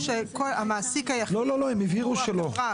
או שהמעסיק היחידי הוא החברה?